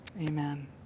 Amen